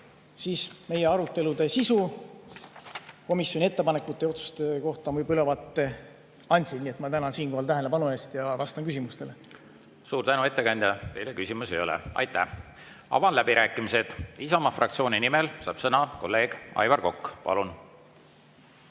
siis meie arutelude sisu. Komisjoni ettepanekutest ja otsustest ma ülevaate juba andsin. Nii et ma tänan siinkohal tähelepanu eest ja vastan küsimustele. Suur tänu, ettekandja! Teile küsimusi ei ole. Avan läbirääkimised. Isamaa fraktsiooni nimel saab sõna kolleeg Aivar Kokk. Palun!